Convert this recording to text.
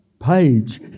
page